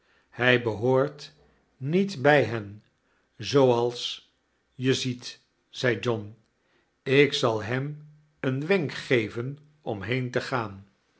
hij behoort niet bij hen zooals je ziet zei john ik zal hem een wenk geven om heen te gaan